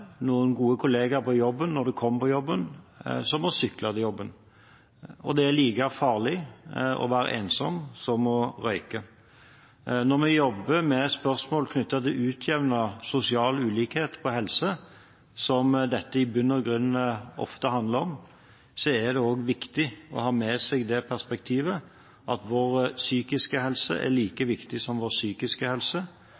noen gode kollegaer på jobben når du kommer på jobben, som å sykle til jobben. Og det er like farlig å være ensom som å røyke. Når vi jobber med spørsmål knyttet til å utjevne sosial ulikhet i helse, som dette i bunn og grunn ofte handler om, er det også viktig å ha med seg det perspektivet at vår psykiske helse er like viktig som vår fysiske helse,